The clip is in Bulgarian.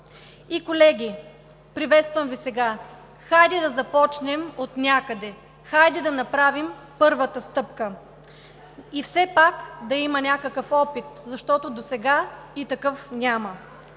Колеги, приветствам Ви сега: хайде да започнем отнякъде, хайде да направим първата стъпка и все пак да има някакъв опит, защото досега и такъв няма.